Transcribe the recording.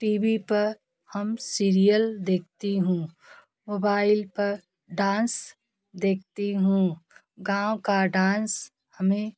T V पर हम serial देखती हूँ मोबाइल पर डांस देखती हूँ गाँव का डांस हमें